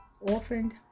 orphaned